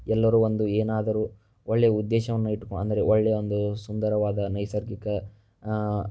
ಎಲ್ಲರು ಒಂದು ಏನಾದರು ಒಳ್ಳೆ ಉದ್ದೇಶವನ್ನು ಇಟ್ಕೊ ಅಂದರೆ ಒಳ್ಳೆ ಒಂದು ಸುಂದರವಾದ ನೈಸರ್ಗಿಕ